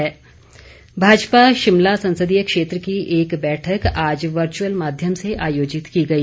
भाजपा बैठक भाजपा शिमला संसदीय क्षेत्र की एक बैठक आज वर्च्यअल माध्यम से आयोजित की गई